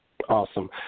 Awesome